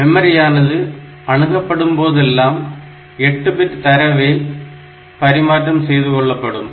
மெமரியானது அணுகப் படும்போதெல்லாம் 8 பிட் தரவே பரிமாற்றம் செய்து கொள்ளப்படும்